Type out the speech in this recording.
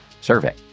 survey